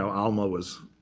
so alma was,